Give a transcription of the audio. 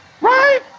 right